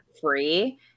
free